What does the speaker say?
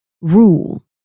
rule